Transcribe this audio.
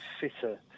fitter